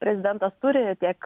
prezidentas turi tiek